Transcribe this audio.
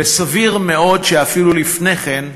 וסביר מאוד שאפילו לפני כן,